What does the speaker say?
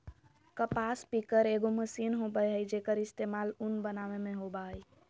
कपास पिकर एगो मशीन होबय हइ, जेक्कर इस्तेमाल उन बनावे में होबा हइ